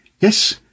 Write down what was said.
Yes